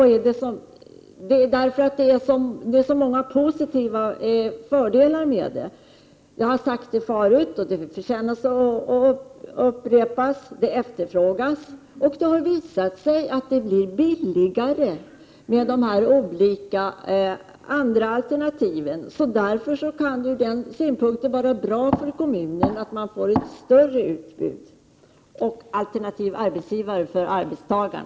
Det finns ju så många fördelar med de olika alternativen — jag har sagt det förut, och det förtjänar att upprepas: de efterfrågas, och det har visat sig att de blir billigare. Därför kan det ur den synpunkten vara bra för kommunen, att man får ett större utbud. Och för arbetstagarna blir det en alternativ arbetsgivare.